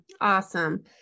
Awesome